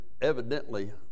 evidently